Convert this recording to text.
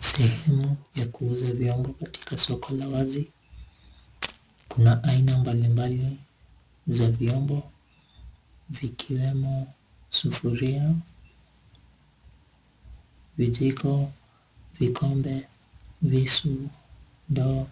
Sehemu ya kuuza vyombo katika soko la wazi. Kuna aina mbalimbali za vyombo vikiwemo sufuria, vijiko, vikombe, visu, ndoo